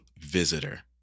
visitor